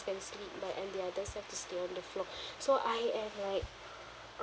can sleep but and the others have to sleep on the floor so I am like